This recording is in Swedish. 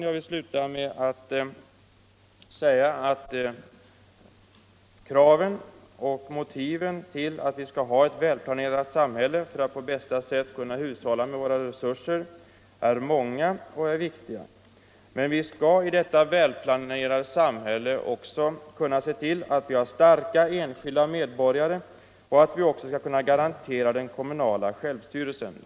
Jag vill sluta med att säga att kraven på och motiven för att vi skall ha ett välplanerat samhälle för att på bästa sätt kunna hushålla med våra resurser är många och viktiga, men det skall i detta välplanerade samhälle också finnas plats för starka, handlingskraftiga enskilda medborgare, och vi skall kunna garantera den kommunala självstyrelsen.